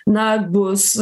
na bus